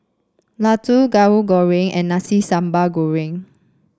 laddu Tahu Goreng and Nasi Sambal Goreng